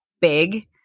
big